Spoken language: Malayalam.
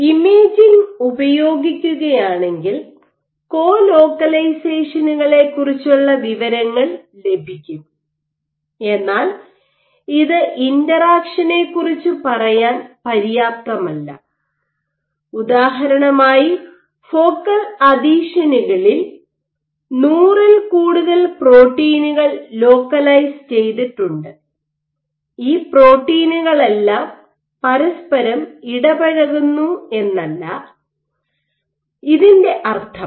ഇമേജിംഗ് ഉപയോഗിക്കുകയാണെങ്കിൽ കോ ലോക്കലൈസേഷനെക്കുറിച്ചുള്ള വിവരങ്ങൾ ലഭിക്കും എന്നാൽ ഇത് ഇന്ററാക്ഷനെക്കുറിച്ച് പറയാൻ പര്യാപ്തമല്ല ഉദാഹരണമായി ഫോക്കൽ അഥീഷനുകളിൽ 100 ൽ കൂടുതൽ പ്രോട്ടീനുകൾ ലോക്കലൈസ് ചെയ്തിട്ടുണ്ട് ഈ പ്രോട്ടീനുകളെല്ലാം പരസ്പരം ഇടപഴകുന്നു എന്നല്ല ഇതിൻറെ അർത്ഥം